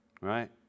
Right